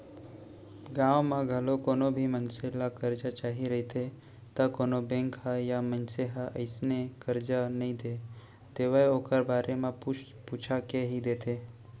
गाँव म घलौ कोनो भी मनसे ल करजा चाही रहिथे त कोनो बेंक ह या मनसे ह अइसने करजा नइ दे देवय ओखर बारे म पूछ पूछा के ही देथे